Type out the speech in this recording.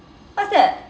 what's that